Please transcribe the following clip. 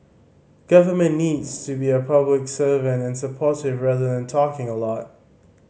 government needs to be a public servant and supportive rather than talking a lot